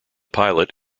pilot